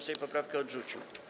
Sejm poprawkę odrzucił.